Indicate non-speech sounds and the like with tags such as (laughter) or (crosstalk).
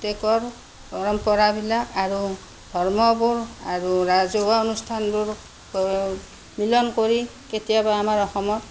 প্ৰত্যেকৰ পৰম্পৰাবিলাক আৰু ধৰ্মবোৰ আৰু ৰাজহুৱা অনুস্থানবোৰ (unintelligible) মিলন কৰি কেতিয়াবা আমাৰ অসমত